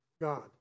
God